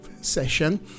session